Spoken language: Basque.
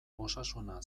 osasuna